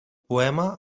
poema